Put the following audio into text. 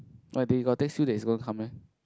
but they got text you that's going to come meh